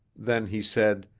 then he said,